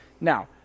Now